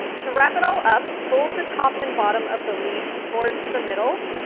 to wrap it all up, fold the top and bottom of the leaf towards the middle.